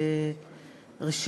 ראשית,